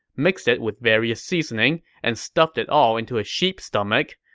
mixed it with various seasoning, and stuffed it all into a sheep stomach.